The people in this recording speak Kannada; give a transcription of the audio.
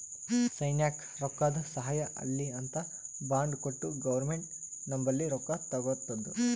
ಸೈನ್ಯಕ್ ರೊಕ್ಕಾದು ಸಹಾಯ ಆಲ್ಲಿ ಅಂತ್ ಬಾಂಡ್ ಕೊಟ್ಟು ಗೌರ್ಮೆಂಟ್ ನಂಬಲ್ಲಿ ರೊಕ್ಕಾ ತಗೊತ್ತುದ